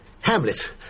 Hamlet